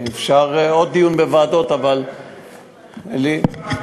אפשר דיון בוועדות, אבל בוועדה?